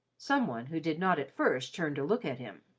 some one who did not at first turn to look at him.